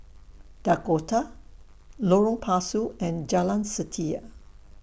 Dakota Lorong Pasu and Jalan Setia